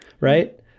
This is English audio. right